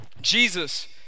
Jesus